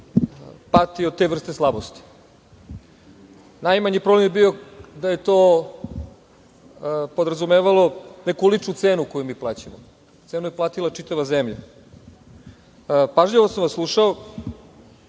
pati od te vrste slabosti. Najmanji problem je bio da je to podrazumevalo neku ličnu cenu koju mi plaćamo. Cenu je platila čitava zemlja. Pažljivo sam vas slušao.